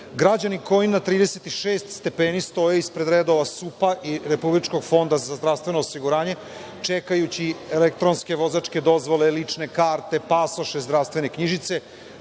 Građani koji na 36 stepeni stoje ispred redova SUP-a i Republičkog fonda za zdravstveno osiguranje, čekajući elektronske vozačke dozvole, lične karte, pasoše, zdravstvene knjižice,